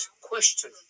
question